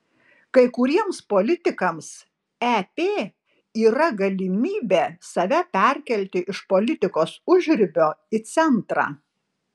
kai kuriems politikams ep yra galimybė save perkelti iš politikos užribio į centrą